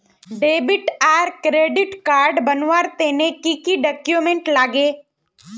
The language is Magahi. डेबिट आर क्रेडिट कार्ड बनवार तने की की डॉक्यूमेंट लागे?